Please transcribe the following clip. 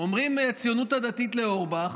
אומרים מהציונות הדתית לאורבך: